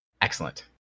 Excellent